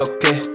Okay